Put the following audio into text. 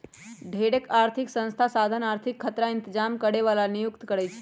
ढेरेक आर्थिक संस्था साधन आर्थिक खतरा इतजाम करे बला के नियुक्ति करै छै